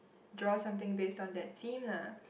draw something based on that theme lah